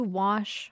wash